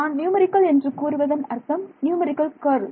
நான் நியூமரிக்கல் என்று கூறுவதன் அர்த்தம் நியூமரிக்கல் கர்ல்